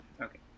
Okay